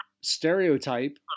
stereotype